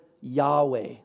Yahweh